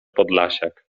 podlasiak